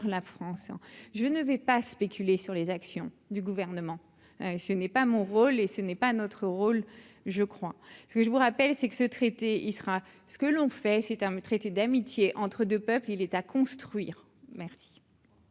la France, je ne vais pas spéculer sur les actions du gouvernement, je n'ai pas mon rôle et ce n'est pas notre rôle, je crois ce que je vous rappelle, c'est que ce traité, il sera ce que l'on fait ces termes traité d'amitié entre 2 peuples, il est à construire, merci.